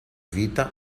vita